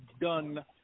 done